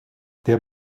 der